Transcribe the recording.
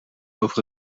over